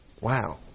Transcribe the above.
Wow